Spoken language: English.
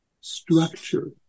structure